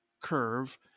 curve